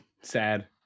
sad